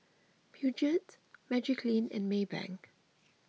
Peugeot Magiclean and Maybank